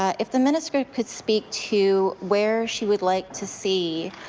ah if the minister could speak to where she would like to see